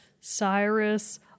Cyrus